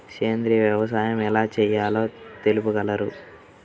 సేంద్రీయ వ్యవసాయం ఎలా చేయాలో తెలుపగలరు?